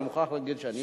אני מוכרח להגיד שאני,